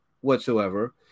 whatsoever